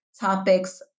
topics